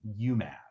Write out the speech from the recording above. umass